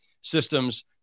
systems